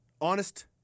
Honest